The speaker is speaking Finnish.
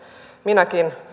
minäkin